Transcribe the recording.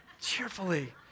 cheerfully